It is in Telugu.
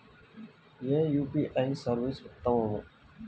ఏ యూ.పీ.ఐ సర్వీస్ ఉత్తమము?